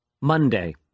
Monday